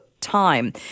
time